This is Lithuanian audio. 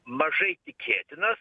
mažai tikėtinas